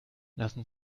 lassen